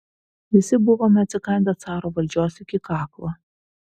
visi buvome atsikandę caro valdžios iki kaklo